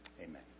Amen